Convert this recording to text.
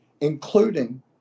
including